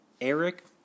Eric